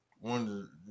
one